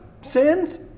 sins